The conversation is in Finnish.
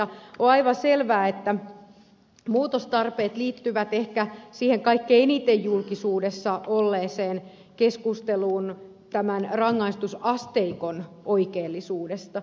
on aivan selvää että muutostarpeet liittyvät ehkä siihen kaikkein eniten julkisuudessa olleeseen keskusteluun tämän rangaistusasteikon oikeellisuudesta